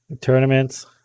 tournaments